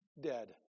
dead